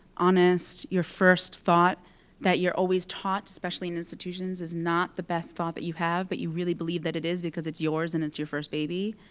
honest, your first thought that you're always taught, especially in institutions, is not the best thought that you have, but you really believe that it is, because it's yours and it's your first baby.